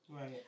right